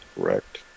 Correct